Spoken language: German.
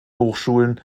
hochschulen